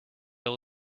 all